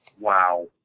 Wow